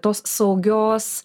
tos saugios